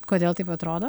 kodėl taip atrodo